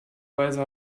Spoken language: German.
weise